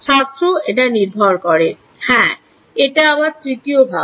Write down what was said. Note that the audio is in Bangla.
ছাত্র এটা নির্ভর করে হ্যাঁ এটা আবার তৃতীয় ভাগ